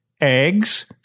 eggs